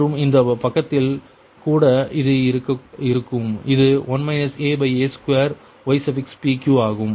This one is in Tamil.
மற்றும் இந்த பக்கத்தில் கூட இது இருக்கும் இது 1 aa2ypq ஆகும்